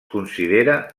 considera